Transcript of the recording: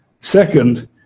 Second